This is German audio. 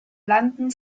london